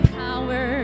power